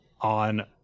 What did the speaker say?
on